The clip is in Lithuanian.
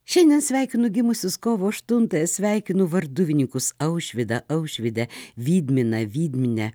šiandien sveikinu gimusius kovo aštunt ąją sveikinu varduvininkus aušvydą aušvydę vydminą vydminę